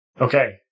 Okay